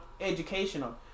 educational